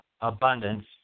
abundance